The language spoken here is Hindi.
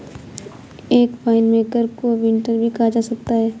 एक वाइनमेकर को विंटनर भी कहा जा सकता है